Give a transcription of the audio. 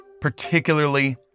Particularly